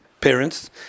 parents